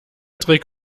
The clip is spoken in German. trick